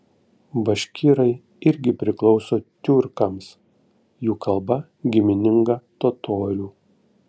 baškirai irgi priklauso tiurkams jų kalba gimininga totorių